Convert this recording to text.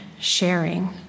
sharing